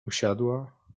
usiadła